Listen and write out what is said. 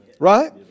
Right